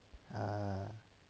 uh